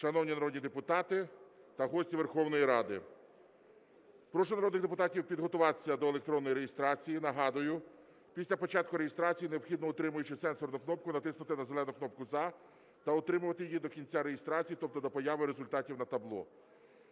шановні народні депутати та гості Верховної Ради! Прошу народних депутатів підготуватися до електронної реєстрації. Нагадую, після початку реєстрації необхідно, утримуючи сенсорну кнопку, натиснути на зелену кнопку "За" та утримувати її до кінця реєстрації, тобто до появи результатів на табло.